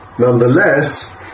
Nonetheless